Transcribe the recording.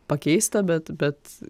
pakeista bet bet